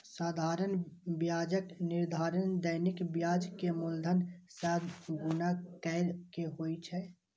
साधारण ब्याजक निर्धारण दैनिक ब्याज कें मूलधन सं गुणा कैर के होइ छै